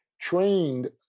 trained